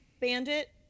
Bandit